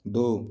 दो